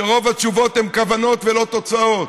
כשרוב התשובות הן כוונות ולא תוצאות,